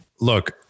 Look